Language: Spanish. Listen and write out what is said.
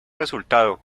resultado